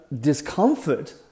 discomfort